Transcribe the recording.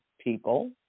people